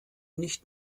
nicht